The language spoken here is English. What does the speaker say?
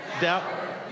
doubt